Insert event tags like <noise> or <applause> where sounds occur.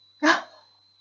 <laughs>